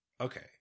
Okay